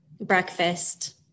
breakfast